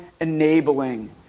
enabling